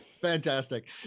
Fantastic